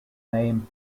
name